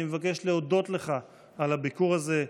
אני מבקש להודות לך על הביקור הזה,